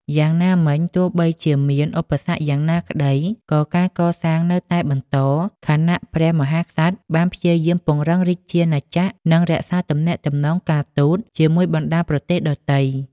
យ៉ាងណាមិញ ទោះបីជាមានឧបសគ្គយ៉ាងណាក្តី ក៏ការកសាងនៅតែបន្ត ខណៈព្រះមហាក្សត្របានព្យាយាមពង្រឹងរាជាណាចក្រ និងរក្សាទំនាក់ទំនងការទូតជាមួយបណ្ដាប្រទេសដទៃ។